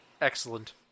Excellent